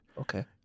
okay